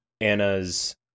Anna's